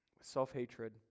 self-hatred